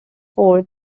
four